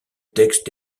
texte